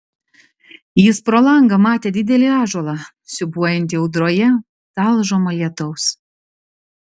jis pro langą matė didelį ąžuolą siūbuojantį audroje talžomą lietaus